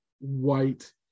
white